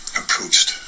approached